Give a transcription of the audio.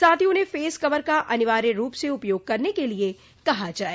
साथ ही उन्हें फेस कवर का अनिवार्य रूप से उपयोग करने के लिये कहा जाये